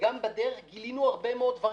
בדרך גילינו הרבה מאוד דברים.